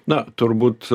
na turbūt